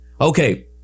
Okay